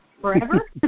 Forever